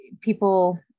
people